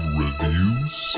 reviews